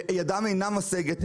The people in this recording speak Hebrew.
וידם אינה משגת,